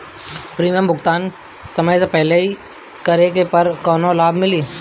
Premium भुगतान समय से पहिले करे पर कौनो लाभ मिली?